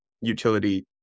utility